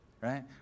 right